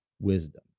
wisdom